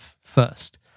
first